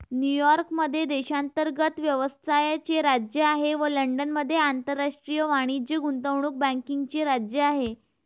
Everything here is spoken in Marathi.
न्यूयॉर्क मध्ये देशांतर्गत व्यवसायाचे राज्य आहे व लंडनमध्ये आंतरराष्ट्रीय वाणिज्य गुंतवणूक बँकिंगचे राज्य आहे